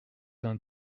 vingt